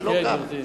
זה לא כך.